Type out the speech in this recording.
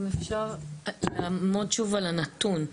אם אפשר לעמוד שוב על הנתון,